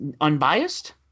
unbiased